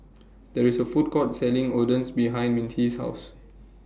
There IS A Food Court Selling Oden behind Mintie's House